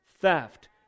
theft